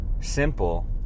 simple